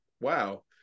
wow